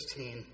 16